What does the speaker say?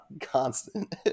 constant